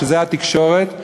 שזה התקשורת,